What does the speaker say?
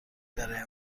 برای